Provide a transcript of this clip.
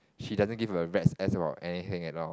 she doesn't give a rats ass about anything at all